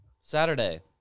Saturday